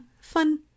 fun